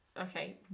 Okay